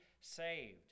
saved